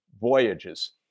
voyages